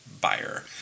buyer